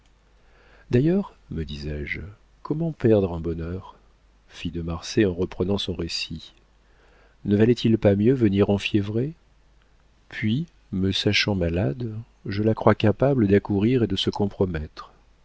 d'ailleurs me disais-je comment perdre un bonheur fit de marsay en reprenant son récit ne valait-il pas mieux venir enfiévré puis me sachant malade je la crois capable d'accourir et de se compromettre